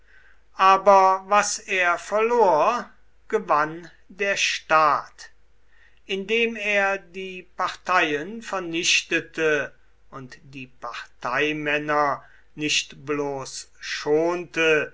aber was er verlor gewann der staat indem er die parteien vernichtete und die parteimänner nicht bloß schonte